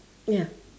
ya